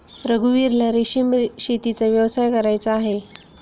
रघुवीरला रेशीम शेतीचा व्यवसाय करायचा आहे